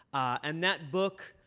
and that book,